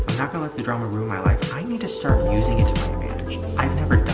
not gonna let the drama ruin my life. i need to start using it to my advantage i've never